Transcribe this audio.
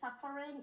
suffering